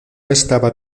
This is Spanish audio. estaba